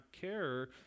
care